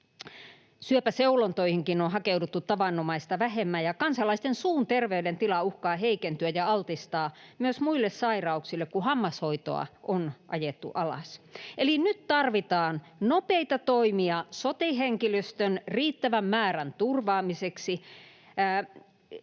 Syöpäseulontoihinkin on hakeuduttu tavanomaista vähemmän, ja kansalaisten suun terveydentila uhkaa heikentyä ja altistaa myös muille sairauksille, kun hammashoitoa on ajettu alas. Eli nyt tarvitaan nopeita toimia sote-henkilöstön riittävän määrän turvaamiseksi.